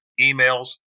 Emails